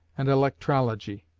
and electrology.